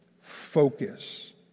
Focus